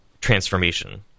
transformation